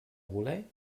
voler